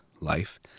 life